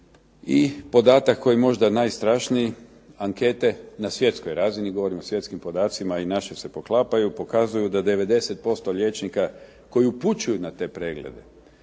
I podatak koji je možda najstrašniji, ankete na svjetskoj razini, govorim o svjetskim podacima i naši se poklapaju pokazuju da 90% liječnika koji upućuju na te preglede